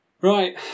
Right